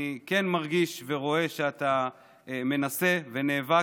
אני כן מרגיש ורואה שאתה מנסה ונאבק,